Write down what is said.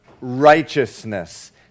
righteousness